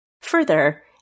Further